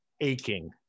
aching